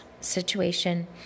situation